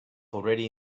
already